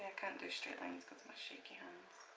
kind of do straight lines cuz of my shaky hands